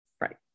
Right